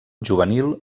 juvenil